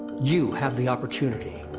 you have the opportunity,